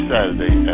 Saturday